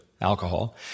alcohol